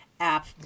app